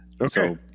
Okay